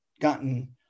gotten